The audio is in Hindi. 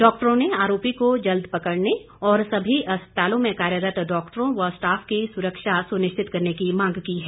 डॉक्टरों ने आरोपी को जल्द पकड़ने और सभी अस्पतालों में कार्यरत डॉक्टरों व स्टाफ की सुरक्षा सुनिश्चित करने की मांग की है